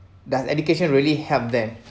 does education really help them